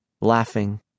laughing